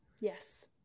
Yes